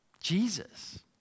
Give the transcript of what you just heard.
Jesus